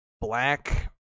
black